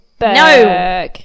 no